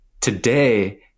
Today